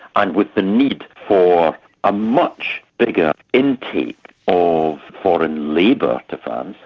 and with the need for a much bigger entry of foreign labour to france,